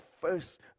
first